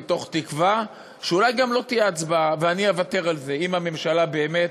מתוך תקווה שאולי גם לא תהיה הצבעה ואני אוותר על זה אם הממשלה באמת